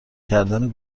کردن